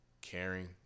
Caring